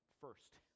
first